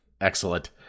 Excellent